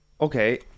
Okay